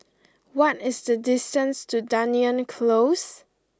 what is the distance to Dunearn Close